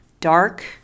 dark